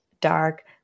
dark